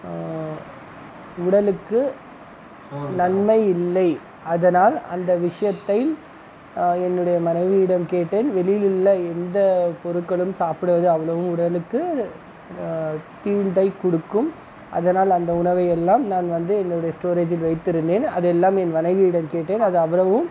உடலுக்கு நன்மை இல்லை அதனால் அந்த விஷயத்தை என்னுடைய மனைவியிடம் கேட்டேன் வெளியில் எந்த பொருட்களும் சாப்பிடுவது அவ்வளோவும் உடலுக்கு தீங்கை கொடுக்கும் அதனால் அந்த உணவை எல்லாம் நான் வந்து என்னுடைய ஸ்டோரேஜில் வைத்திருந்தேன் அதெல்லாம் என் மனைவியிடம் கேட்டேன் அது அவ்வளவும்